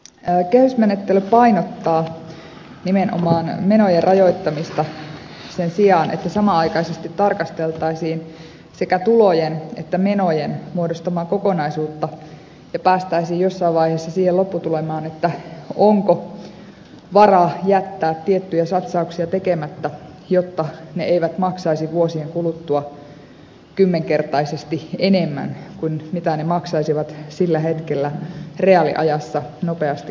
kehysmenettely painottaa nimenomaan menojen rajoittamista sen sijaan että samanaikaisesti tarkasteltaisiin sekä tulojen että menojen muodostamaa kokonaisuutta ja päästäisiin jossain vaiheessa siihen lopputulemaan onko varaa jättää tiettyjä satsauksia tekemättä jotta ne eivät maksaisi vuosien kuluttua kymmenkertaisesti enemmän kuin mitä ne maksaisivat sillä hetkellä reaaliajassa nopeasti korjattuina